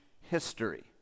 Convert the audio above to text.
history